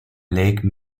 lake